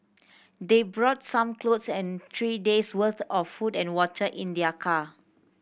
they brought some clothes and three days' worth of food and water in their car